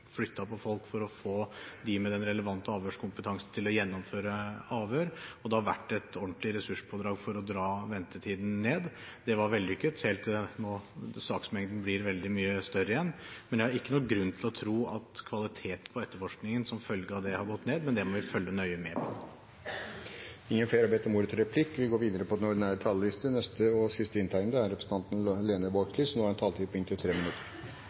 på folk for å få de med den relevante avhørskompetansen til å gjennomføre avhør, og det har vært et ordentlig ressurspådrag for å få ventetiden ned. Det var vellykket helt til nå, når saksmengden blir veldig mye større igjen. Jeg har ingen grunn til å tro at kvaliteten på etterforskningen har gått ned som følge av det, men det må vi følge nøye med på. Replikkordskiftet er omme. De talere som heretter får ordet, har en taletid på inntil 3 minutter. Eg sa i hovudinnlegget mitt at Arbeidarpartiet er